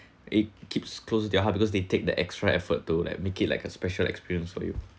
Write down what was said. it keeps close to their heart because they take the extra effort to like make it like a special experience for you